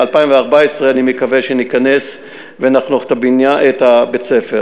ב-2014 אני מקווה שניכנס ונחנוך את בית-הספר.